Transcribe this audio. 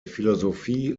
philosophie